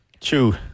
True